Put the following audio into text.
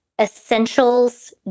essentials